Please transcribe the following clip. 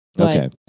Okay